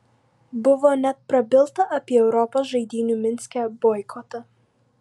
buvo net prabilta apie europos žaidynių minske boikotą